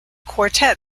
quartet